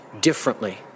differently